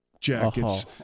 jackets